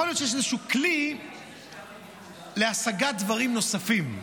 יכול להיות שיש איזשהו כלי להשגת דברים נוספים.